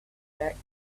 projects